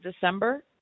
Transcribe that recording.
December